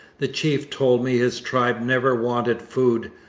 the chief told me his tribe never wanted food,